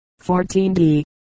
14D